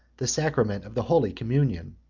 the sacrament of the holy communion.